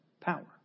power